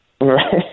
Right